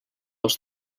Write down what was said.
els